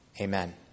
Amen